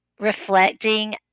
reflecting